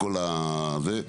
בכל הזה,